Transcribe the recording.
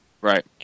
Right